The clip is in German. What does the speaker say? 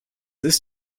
ist